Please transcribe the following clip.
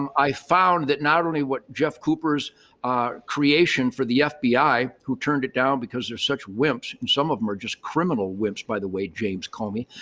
um i found that not only what jeff cooper's creation for the fbi, who turned it down because there's such wimps. and some of them are just criminal wimps by the way, james call me,